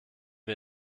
wir